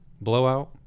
blowout